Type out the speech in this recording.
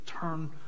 turn